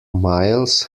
miles